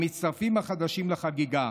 המצטרפים החדשים לחגיגה.